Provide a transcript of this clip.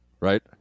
Right